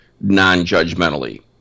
non-judgmentally